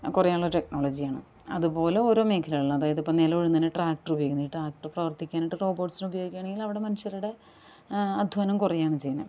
കുറയാനുള്ള ടെക്നോളജിയാണ് അതുപോലെ ഓരോ മേഖലകളിൽ അതായതിപ്പം നിലം ഉഴുന്നതിനു ട്രാക്ടർ ഉപയോഗിക്കുന്നു ഈ ട്രാക്ടറ് പ്രവർത്തിക്കാനായിട്ട് റോബോട്സ്സിനെ ഉപയോഗിക്കുവാണെങ്കിൽ അവിടെ മനുഷ്യരുടെ അധ്വാനം കുറയുകയാണ് ചെയ്യുന്നത്